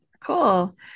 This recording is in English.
cool